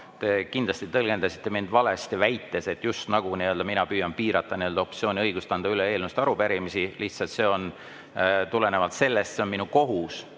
te kindlasti tõlgendasite mind valesti, väites, just nagu mina püüan piirata opositsiooni õigust anda üle eelnõusid ja arupärimisi. Lihtsalt see tuleneb sellest ja on minu kohus